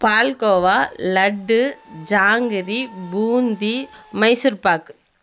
palkova laddu jangiri boondi Mysore pak